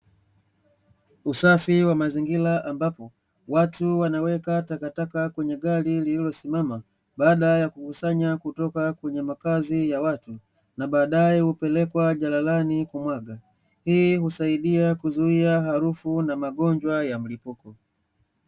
Usafi wa mazingira ambapo, watu wanaweka takataka kweye gari lililosimama, baada ya kukusanya kutoka kwenye makazi ya watu, na baadae hupelekwa jalalani kumwagwa. Hii husaidia kuzuia harufu na magonjwa ya mlipuko.